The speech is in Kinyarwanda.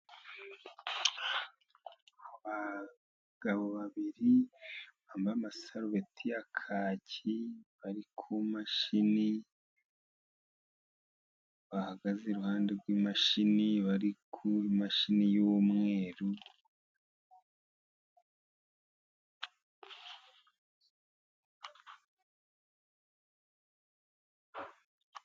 Abagabo babiri bambaye amasarubeti ya kaki bari ku mashini, bahagaze iruhande rw'imashini bari ku mashini y'umweru.